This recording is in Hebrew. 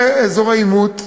באזורי עימות,